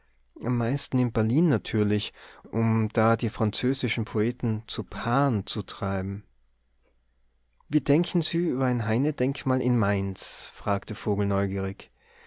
am meisten in berlin natürlich um da die französischen poeten zu paaren zu treiben wie denken sie über ein heinedenkmal in mainz fragte vogel neugierig